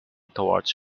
towards